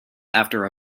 after